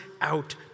out